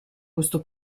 questo